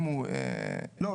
אם --- לא,